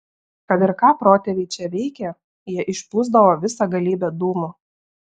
kad ir ką protėviai čia veikė jie išpūsdavo visą galybę dūmų